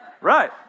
Right